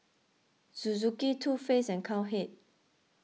Suzuki Too Faced and Cowhead